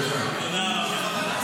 תודה רבה.